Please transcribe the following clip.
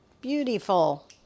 Beautiful